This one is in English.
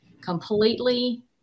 completely